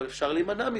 אבל אפשר להימנע מזה,